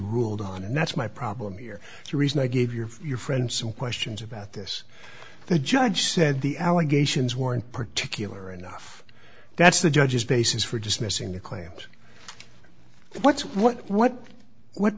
ruled on and that's my problem here the reason i gave your your friend some questions about this the judge said the allegations were in particular enough that's the judge's basis for dismissing the claims but what's what what what